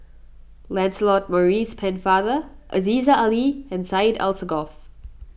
Lancelot Maurice Pennefather Aziza Ali and Syed Alsagoff